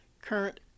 Current